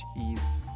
ease